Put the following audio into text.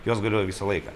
jos galioja visą laiką